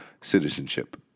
citizenship